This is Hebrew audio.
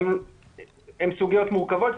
הן סוגיות מורכבות,